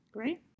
Great